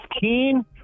keen